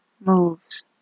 moves